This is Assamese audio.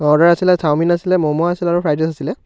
অৰ্ডাৰ আছিলে চাওমিন আছিলে মমো আছিলে আৰু ফ্ৰাইড ৰাইচ আছিলে